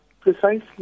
precisely